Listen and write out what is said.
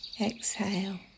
Exhale